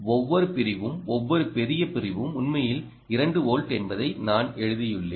ஒவ்வொரு பிரிவும் ஒவ்வொரு பெரிய பிரிவும் உண்மையில் 2 வோல்ட் என்பதை நான் எழுதியுள்ளேன்